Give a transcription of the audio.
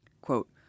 Quote